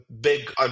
big